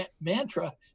mantra